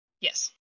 Yes